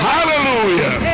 Hallelujah